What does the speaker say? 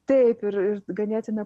taip ir ir ganėtina